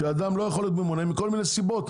שאדם לא יכול להיות ממונה מכל מיני סיבות,